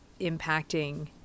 impacting